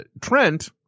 Trent